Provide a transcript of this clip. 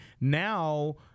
now